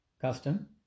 custom